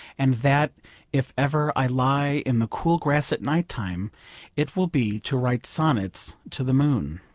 and that if ever i lie in the cool grass at night-time it will be to write sonnets to the moon.